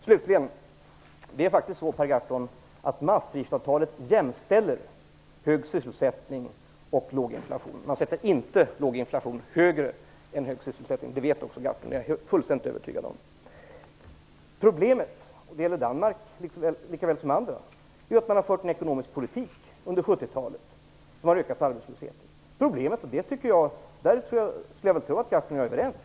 Slutligen, Per Gahrton, är det faktiskt så, att Maastrichtavtalet jämställer hög sysselsättning och låg inflation. Låg inflation sätts inte högre än hög sysselsättning. Jag är fullständigt övertygad om att Per Gahrton vet det. Problemet är att man under 70-talet fört en ekonomisk politik som har ökat arbetslösheten; det gäller Danmark likaväl som andra länder.